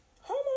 home